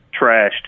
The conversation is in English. trashed